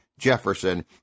Jefferson